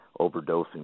overdosing